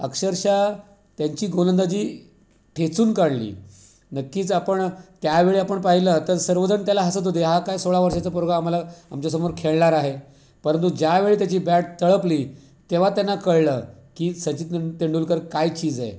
अक्षरशः त्यांची गोलंदाजी ठेचून काढली नक्कीच आपण त्या वेळी आपण पाहिलं तर सर्व जण त्याला हसत होते हा काय सोळा वर्षाचा पोरगा आम्हाला आमच्यासमोर खेळणार आहे परंतु ज्या वेळी त्याची बॅट तळपली तेव्हा त्यांना कळलं की सचिन तें तेंडुलकर काय चीज आहे